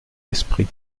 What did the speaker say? esprit